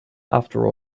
after